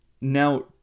Now